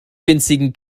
winzigen